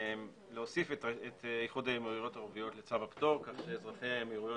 להוסיף את איחוד האמירויות הערביות לצו הפטור כך שאזרחי האמירויות